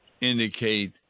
indicate